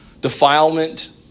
defilement